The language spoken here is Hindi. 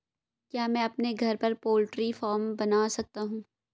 क्या मैं अपने घर पर पोल्ट्री फार्म बना सकता हूँ?